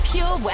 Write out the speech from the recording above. Pure